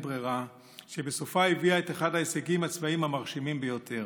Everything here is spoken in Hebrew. אין-ברירה שבסופה הביאה את אחד ההישגים הצבאיים המרשימים ביותר.